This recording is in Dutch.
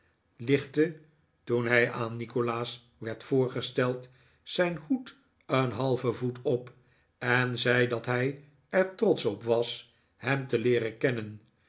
lichtte toen hij aan nikolaas werd voorgesteld zijn hoed een halven voet op en zei dat hij er trotsch op was hem te leeren kennen